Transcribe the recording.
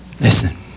Listen